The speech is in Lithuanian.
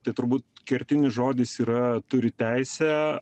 tai turbūt kertinis žodis yra turi teisę